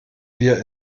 wir